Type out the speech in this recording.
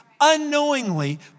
unknowingly